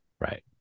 Right